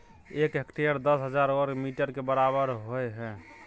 एक हेक्टेयर दस हजार वर्ग मीटर के बराबर होय हय